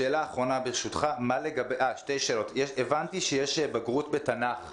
שתי שאלות: הבנתי שיש בגרות בתנ"ך,